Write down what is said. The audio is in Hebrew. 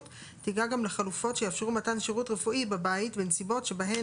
תיגע גם לחלופות שיאפשרו מתן שירות רפואי בבית בנסיבות שבהן